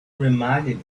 reminded